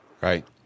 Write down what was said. Right